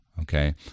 Okay